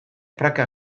prakak